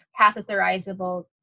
catheterizable